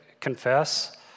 confess